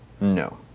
No